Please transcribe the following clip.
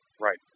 Right